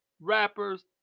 rappers